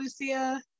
lucia